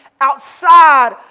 outside